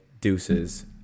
deuces